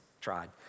tried